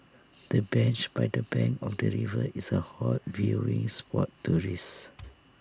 the bench by the bank of the river is A hot viewing spot tourists